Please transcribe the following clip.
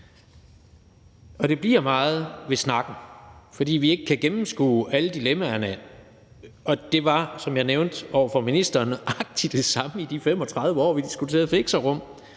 Det bliver meget ved snakken, fordi vi ikke kan gennemskue alle dilemmaerne. Og det var, som jeg nævnte over for ministeren, nøjagtig det samme i de 35 år, vi diskuterede fixerum,